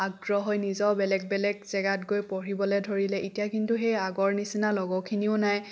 আগ্ৰহ হৈ নিজৰ বেলেগ বেলেগ জেগাত গৈ পঢ়িবলৈ ধৰিলে এতিয়া কিন্তু সেই আগৰ নিচিনা লগৰখিনিও নাই